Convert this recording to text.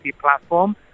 platform